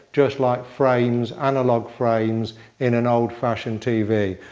just like frames, analog frames in an old fashioned tv.